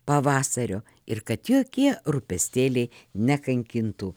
pavasario ir kad jokie rūpestėliai nekankintų